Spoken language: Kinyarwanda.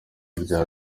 rya